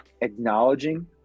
acknowledging